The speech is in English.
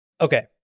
okay